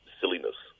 silliness